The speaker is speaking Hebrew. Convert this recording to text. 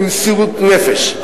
במסירות נפש,